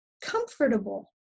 comfortable